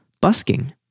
busking